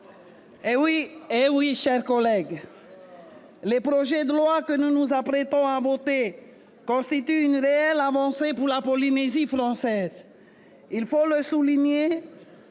Eh oui, mes chers collègues ! Les projets de loi que nous nous apprêtons à voter constituent une réelle avancée pour la Polynésie française. Il faut le souligner,